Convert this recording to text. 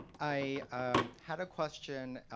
i had a question